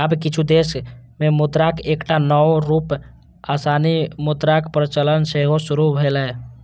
आब किछु देश मे मुद्राक एकटा नव रूप आभासी मुद्राक प्रचलन सेहो शुरू भेलैए